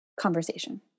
conversation